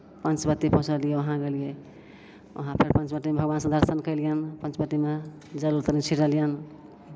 पंचवटी पहुँचलियै वहाँ गेलियै वहाँपर पंचवटीमे भगवान से दर्शन केलियनि पंचवटीमे जल कनि छिड़लियनि